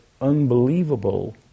unbelievable